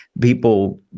people